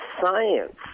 science